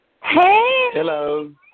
Hello